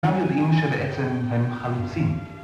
גם יודעים שבעצם הם חלוצים.